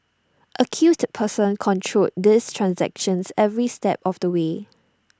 accused persons controlled these transactions every step of the way